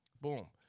boom